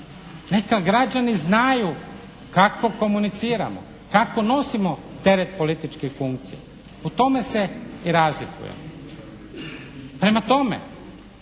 Neka građani znaju kako komuniciramo, kako nosimo teret političkih funkcija. U tome se razlikujemo. Prema tome,